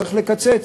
צריך לקצץ.